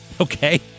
okay